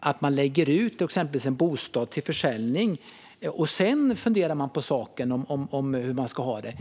att man lägger ut exempelvis en bostad till försäljning och sedan funderar på hur man ska ha det?